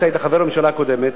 אתה היית חבר בממשלה הקודמת,